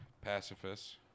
Pacifists